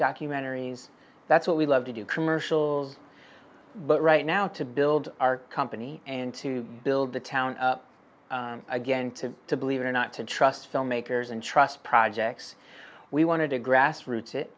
documentaries that's what we love to do commercials but right now to build our company and to build the town again to to believe it or not to trust filmmakers and trust projects we wanted to grassroots it